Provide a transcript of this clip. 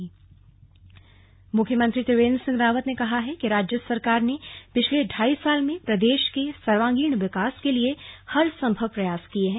slug CM लोकार्पण मुख्यमंत्री त्रिवेन्द्र सिंह रावत ने कहा है कि राज्य सरकार ने पिछले ढाई साल में प्रदेश के सर्वांगीण विकास के लिए ने हर संभव प्रयास किये हैं